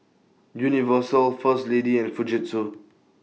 Universal First Lady and Fujitsu